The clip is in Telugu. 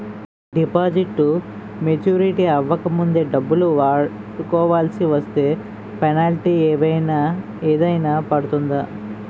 డిపాజిట్ మెచ్యూరిటీ అవ్వక ముందే డబ్బులు వాడుకొవాల్సి వస్తే పెనాల్టీ ఏదైనా పడుతుందా?